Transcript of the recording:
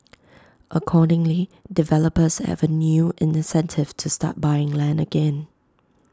accordingly developers have A new incentive to start buying land again